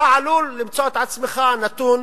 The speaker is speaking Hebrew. אתה עלול למצוא את עצמך נתון